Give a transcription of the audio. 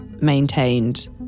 maintained